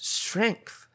strength